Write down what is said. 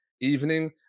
Evening